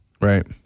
Right